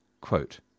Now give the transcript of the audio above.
Quote